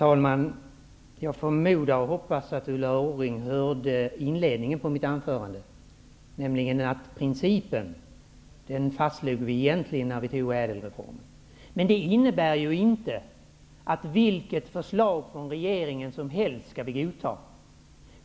Herr talman! Jag hoppas att Ulla Orring hörde inledningen av mitt anförande, där jag sade att vi egentligen fastslog principen när vi tog ÄDEL reformen. Men det innebär ju inte att vi skall godta vilket förslag från regeringen som helst.